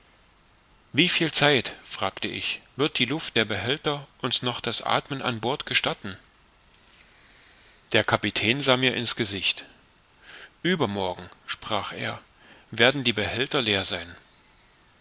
wieviel zeit fragte ich wird die luft der behälter uns noch das athmen an bord gestatten der kapitän sah mir in's gesicht uebermorgen sprach er werden die behälter leer sein